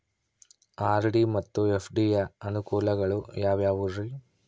RD ಮತ್ತು FD ಯ ಅನುಕೂಲಗಳು ಯಾವ್ಯಾವುರಿ?